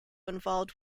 involved